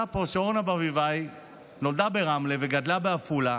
פה שאורנה ברביבאי נולדה ברמלה וגדלה בעפולה